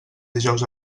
dijous